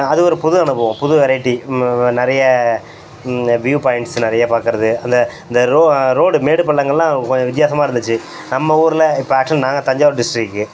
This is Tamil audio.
அது ஒரு புது அனுபவம் புது வெரைட்டி நிறைய இந்த வ்யூ பாயிண்ட்ஸ் நிறைய பார்க்கறது அந்த இந்த ரொ ரோடு மேடு பள்ளங்கள்லாம் கொஞ்சம் வித்தியாசமாக இருந்துச்சு நம்ம ஊரில் இப்போ ஆக்ஷுவல் நாங்கள் தஞ்சாவூர் டிஸ்ட்ரிக்கு